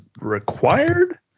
required